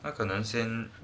err 可能先